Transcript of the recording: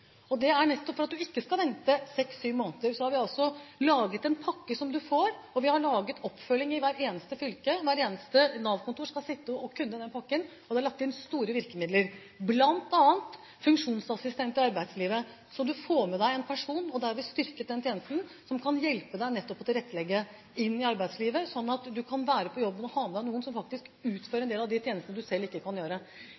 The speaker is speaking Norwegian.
Nettopp for at du ikke skal vente seks-syv måneder, har vi altså laget en pakke som du får, og vi har laget oppfølging i hvert eneste fylke. Hvert eneste Nav-kontor skal kunne den pakken. Det er lagt inn store virkemidler, bl.a. funksjonsassistent i arbeidslivet, slik at du får med deg en person – vi har styrket den tjenesten – som kan hjelpe deg til å tilrettelegge inn i arbeidslivet, sånn at du kan være på jobb og ha med deg noen som faktisk utfører